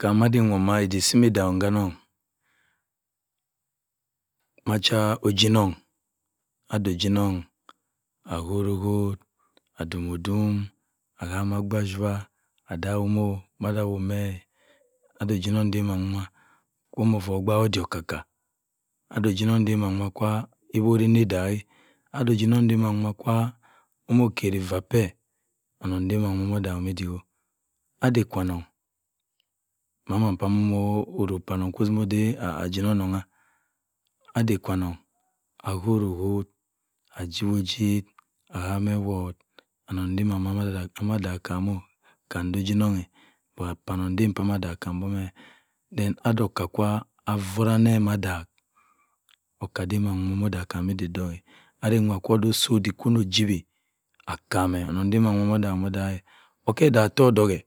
Kam adewomo iduk sigi daghem ka-anong. ma chi-ojeonong ade ojeianong aku-oku atum-otum ahama agbachuwa adagh 'm ade ojenong de-mma-mwa kwa ogbaak odick okka-okka. ade ojenong de mma-mma kwa owuri nidaghe. ade ojenong de- mma-mwa kwa immokere iffa peph onongh de- mma- mwa-o-dagh'm kam odiek. ade-kwa-on-ongh aku-oku ajip-ojip ahameh ewoph anongh de-mma-mwa adaagh kam. Kam nde ojeonongh pa-anong pu mma- daghe kam women ode okka kwa affura ne-ke adagh. ooka dema nwo odagh 'm iduk odick. adenwa kwa ode osi odiek kwi noh jiwi okeme. onongh dema-nwo odagh kam odaghe. oke-danghe toh odughe.